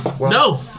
No